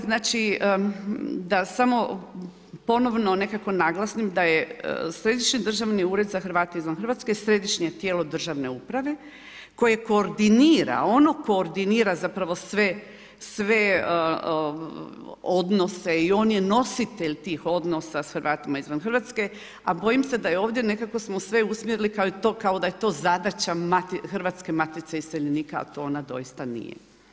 Znači, da samo ponovno nekako naglasim da je Središnji državni ured za Hrvate izvan RH središnje tijelo državno uprave koje koordinira, ono koordinira zapravo sve odnose i on je nositelj tih odnosa s Hrvatima izvan Hrvatske, a bojim se da je ovdje nekako smo sve usmjerili kao da je to zadaća Hrvatske matice iseljenika, a to ona doista nije.